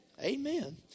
amen